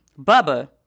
Bubba